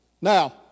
Now